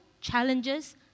challenges